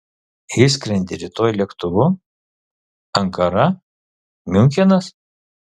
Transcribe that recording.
išskrendi rytoj lėktuvu ankara miunchenas